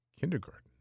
kindergarten